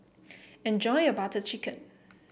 enjoy your Butter Chicken